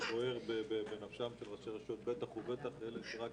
זה בוער בנפשם של ראשי רשויות, בטח ובטח אלה שרק